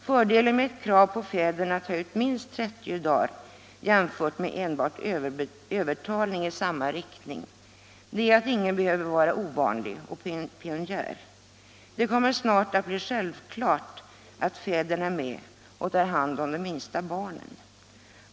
Fördelar med ett krav på fäderna att ta ut minst 30 dagar jämfört med enbart övertalning i samma riktning är att ingen behöver vara ovanlig eller pionjär. Det kommer snart att bli självklart att fäderna är med och tar hand om de minsta barnen.